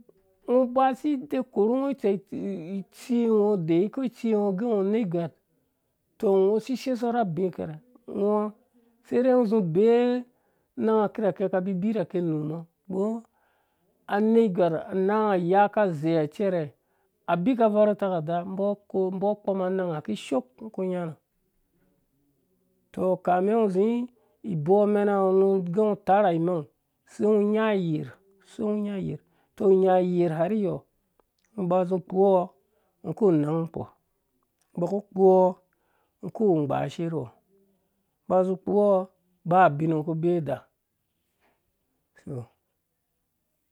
Ngɔ ba si de korhu ngɔ itsi ngɔ deyiko itsi ngo gɛ ngɔ wa unergwar to ngɔ si sesɔ rha abi kerha ngɔ sedei ngɔ zi bee nanga kirhake kawu bibirhake nu mɔ. anergwar anayanga ayaa ka zeiha cɛrɛ abi ka yarhu takada ko mbo kpɔm anangha kishoo ngɔ ku nyanɔ tɔ kame ngɔ zi boo amena ngo gɛ ngɔ tarhaimang sei ngɔ nya ayer sei ngɔ ngɔ nya ayer tɔ inya yerha rhi yo ngɔ ba zi kpoɔ ngɔ ku nang nukɔ ba kpoɔ kuwu gbashe rhuwɔ ba zu kpoɔ ba bin ngɔ ku bee da tɔ,